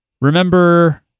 remember